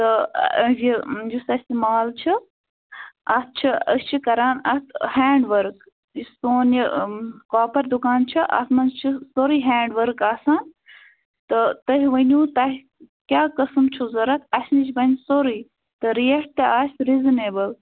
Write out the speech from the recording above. تہٕ یہِ یُس اَسہِ یہِ مال چھِ اَتھ چھِ أسۍ چھِ کران اَتھ ہٮ۪نڈ ؤرٕک یُس سون یہِ کاپَر دُکان چھِ اَتھ منٛز چھِ سٲرٕے ہٮ۪نڈ ؤرٕک آسان تہٕ تُہۍ ؤنو تۄہہِ کیٛاہ قٔسٕم چھُو ضوٚرَتھ اَسہِ نِش بَنہِ سورٕے ریٹ تہِ آسہِ رِزنیبُل